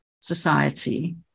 society